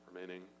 remaining